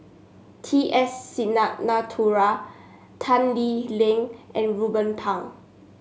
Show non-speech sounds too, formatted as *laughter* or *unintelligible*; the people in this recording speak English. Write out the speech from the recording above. T S *unintelligible* Tan Lee Leng and Ruben Pang